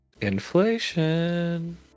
Inflation